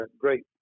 great